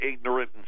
ignorant